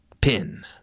Pin